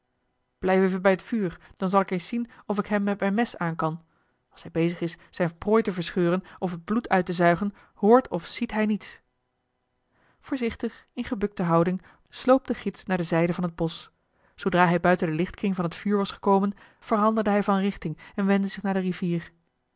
blijf even bij het vuur dan zal ik eens zien of ik hem met mijn mes aan kan als hij bezig is zijne prooi te verscheuren of het bloed uit te zuigen hoort of ziet hij niets voorzichtig in gebukte houding sloop de gids naar de zijde van het bosch zoodra hij buiten den lichtkring van het vuur was gekomen veranderde hij van richting en wendde zich naar de rivier